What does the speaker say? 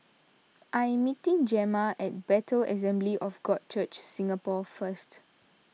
I am meeting Gemma at Bethel Assembly of God Church Singapore first